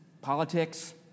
politics